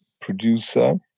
producer